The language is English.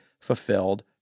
fulfilled